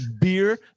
Beer